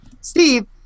Steve